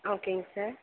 ஓகேங்க சார்